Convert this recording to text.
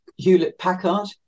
Hewlett-Packard